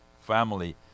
family